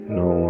no